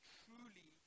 truly